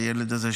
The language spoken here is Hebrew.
הילד הזה,